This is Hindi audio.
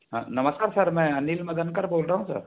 नमस्कार सर मैं अनिल मदनकर कर बोल रहा हूँ सर